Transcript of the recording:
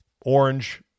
orange